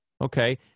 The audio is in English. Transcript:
Okay